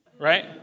right